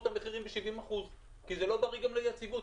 את המחירים ב-70 אחוזים כי זה גם לא בריא ליציבות.